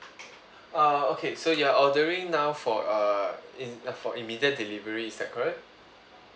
uh okay so your ordering now for uh in for immediate delivery is that correct